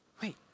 wait